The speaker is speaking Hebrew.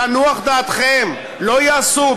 תנוח דעתכם, לא יעשו.